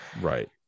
right